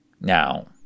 Now